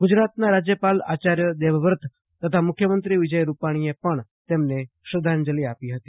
ગુજરાતના રાજ્યપાલ આયાર્ય દેવવ્રત મુખ્યમંત્રી વિજય રૂપાણીએ પણ તેમને શ્રદ્ધાંજલિ આપી હતી